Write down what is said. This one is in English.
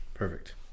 Perfect